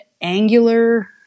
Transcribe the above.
angular